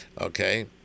okay